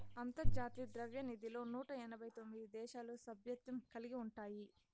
అంతర్జాతీయ ద్రవ్యనిధిలో నూట ఎనబై తొమిది దేశాలు సభ్యత్వం కలిగి ఉండాయి